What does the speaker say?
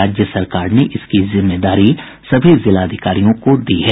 राज्य सरकार ने इसकी जिम्मेदारी सभी जिलाधिकारियों को दी है